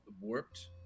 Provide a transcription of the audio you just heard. Warped